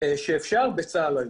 שאפשר בצה"ל היום.